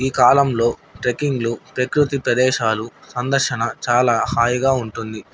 ఈ కాలంలో ట్రెక్కింగ్లు ప్రకృతి ప్రదేశాలు సందర్శన చాలా హాయిగా ఉంటుంది